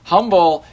Humble